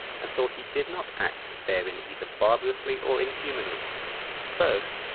and thought he did not act therein either barbarously or inhumanly first,